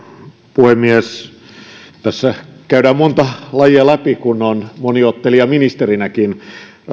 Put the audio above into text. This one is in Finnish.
puhemies tässä käydään monta lajia läpi kun on moniottelija ministerinäkin